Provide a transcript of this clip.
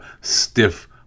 stiff